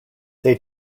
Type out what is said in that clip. they